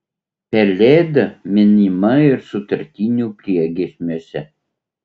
pelėda minima ir sutartinių priegiesmiuose